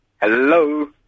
Hello